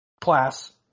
class